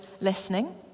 listening